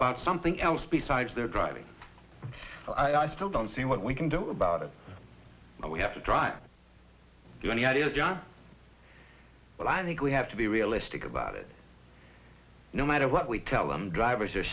about something else besides their driving i still don't see what we can do about it we have to drive through any idea john but i think we have to be realistic about it no matter what we tell them drivers are